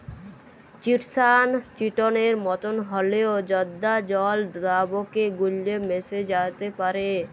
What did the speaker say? chitosan চিটনের মতন হঁল্যেও জঁদা জল দ্রাবকে গুল্যে মেশ্যে যাত্যে পারে